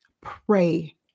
pray